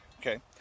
Okay